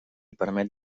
permet